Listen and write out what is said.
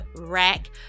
rack